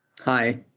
Hi